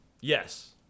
Yes